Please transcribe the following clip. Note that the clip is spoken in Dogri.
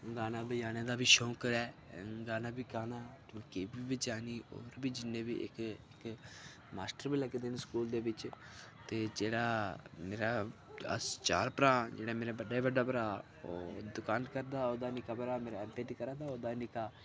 गाने बजाने दा बी शौंकड़ ऐ गाना बी बजाना ढोलकी बी बजानी होर जि'न्ने बी जेह्के जेह्के मास्टर बी लग्गे दे स्कूल दे बिच ते जेह्ड़ा जेह्ड़ा अस चार भ्राऽ न जेह्ड़ा मेरा बड्डा बड्डा भ्राऽ ओह् दुकान करदा ओह्दा निक्का भ्राऽ मेरा करा दा ते ओह्दे हा निक्का